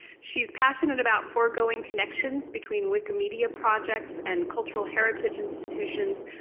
she's passionate about foregoing connections between wikimedia projects and cultural heritage institutions.